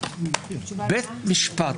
בית משפט,